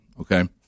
Okay